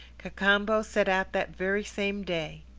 cacambo set out that very same day.